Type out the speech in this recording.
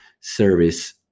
service